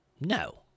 No